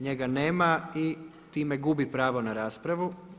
Njega nema i time gubi pravo na raspravu.